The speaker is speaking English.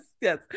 yes